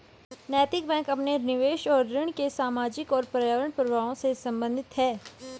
नैतिक बैंक अपने निवेश और ऋण के सामाजिक और पर्यावरणीय प्रभावों से संबंधित है